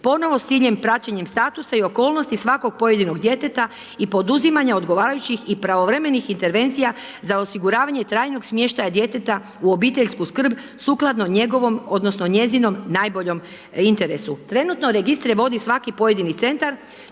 ponovo s ciljem i praćenjem statusa i okolnosti svakog pojedinog djeteta i poduzimanja odgovarajućih i pravovremenih intervencija za osiguravanje trajnog smještaja djeteta u obiteljsku skrb sukladno njegovom odnosno njezinom najboljom interesu. Trenutno registre vodi svaki pojedini Centar,